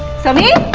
sameer.